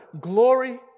glory